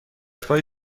فای